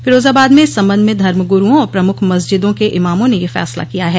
फिरोजाबाद में इस संबंध में धर्म गुरूओं और प्रमुख मस्जिदों के इमामों ने यह फैसला किया है